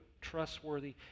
trustworthy